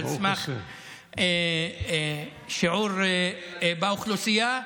על סמך שיעור באוכלוסייה.